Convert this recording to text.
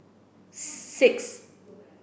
six